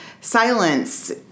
silence